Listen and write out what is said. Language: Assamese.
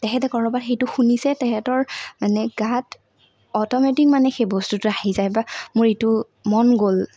তেখেতে ক'ৰবাত সেইটো শুনিছে তেখেতৰ মানে গাত অট'মেটিক মানে সেই বস্তুটো আহি যায় বা মোৰ এইটো মন গ'ল